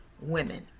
Women